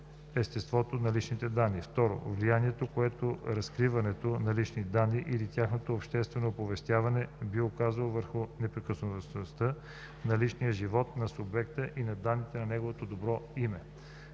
естеството на личните данни; 2. влиянието, което разкриването на личните данни или тяхното обществено оповестяване би оказало върху неприкосновеността на личния живот на субекта на данни и неговото добро име;